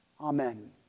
Amen